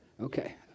Okay